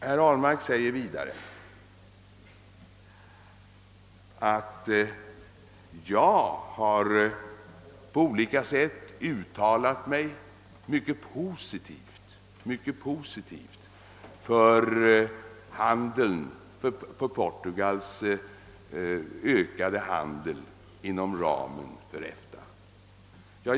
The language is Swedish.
Herr Ahlmark säger vidare att jag på olika sätt skulle ha uttalat mig mycket positivt för Portugals ökade handel inom ramen för EFTA.